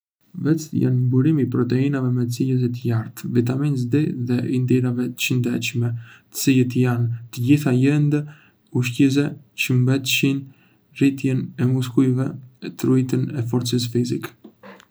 Vezët janë një burim i proteinave me cilësi të lartë, vitaminës D dhe yndyrave të shëndetshme, të cilat janë të gjitha lëndë ushqyese që mbështesin rritjen e muskujve dhe ruajtjen e forcës fizike.